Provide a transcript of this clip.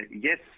yes